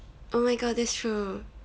oh my god that's true